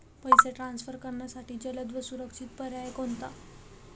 पैसे ट्रान्सफर करण्यासाठी जलद व सुरक्षित पर्याय कोणता?